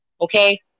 Okay